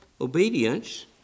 obedience